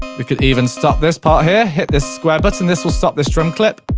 we can even start this part here, hit this square button this will start this drum clip.